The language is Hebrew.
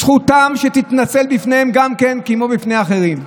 זכותם שתתנצל גם בפניהם, כמו בפני אחרים.